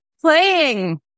playing